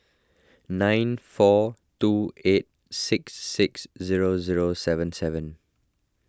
nine four two eight six six zero zero seven seven